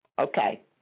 Okay